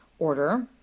order